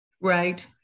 Right